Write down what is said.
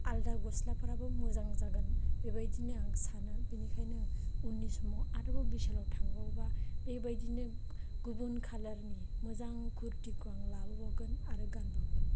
आलदा गस्लाफ्राबो मोजां जागोन बेबायदिनो आं सानो बेनिखायनो उननि समाव आरोबाव बिशालाव थांबावबा बेबायदिनो गुबन कालारनि मोजां कुर्टिखौ आं लाबोबावगोन आरो गानबावगोन